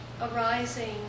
arising